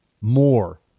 more